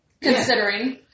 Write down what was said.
Considering